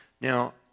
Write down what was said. Now